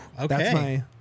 Okay